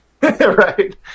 right